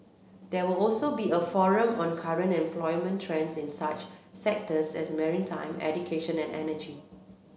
there will also be a forum on current employment trends in such sectors as maritime education and energy